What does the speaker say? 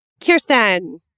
Kirsten